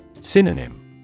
Synonym